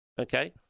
okay